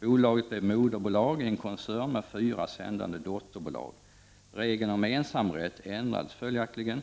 Bolaget blev moderbolag i en koncern med fyra sändande dotterbolag. Regeln om ensamrätt ändrades följaktligen,